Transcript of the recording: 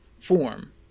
form